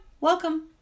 Welcome